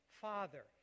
Father